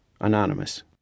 Anonymous